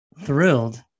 thrilled